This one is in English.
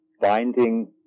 binding